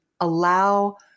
allow